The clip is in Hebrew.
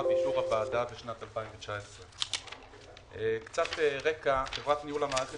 באישור הוועדה בשנת 2019. קצת רקע חברת ניהול המערכת